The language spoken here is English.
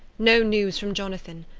no news from jonathan.